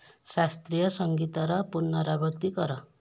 ଶାସ୍ତ୍ରୀୟ ସଙ୍ଗୀତର ପୁନରାବୃତ୍ତି କର